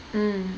mm